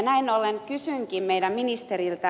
näin ollen kysynkin ministeriltä